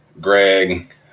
Greg